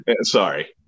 Sorry